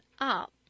up